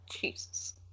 Jesus